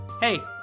Hey